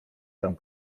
tam